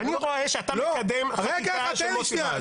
אני רואה שאתה מקדם חקיקה של מוסי רז.